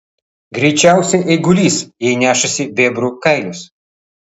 greičiausiai eigulys jei nešasi bebrų kailius